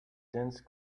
dense